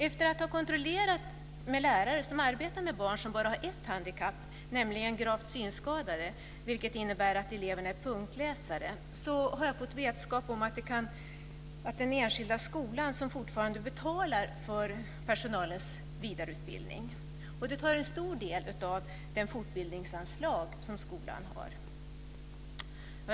Efter att ha kontrollerat med lärare som arbetar med barn som bara har ett handikapp - nämligen gravt synskadade, vilket innebär att eleverna är punktläsare - har jag fått vetskap om att det är den enskilda skolan som fortfarande betalar för personalens vidareutbildning. Det tar en stor del av skolans fortbildningsanslag.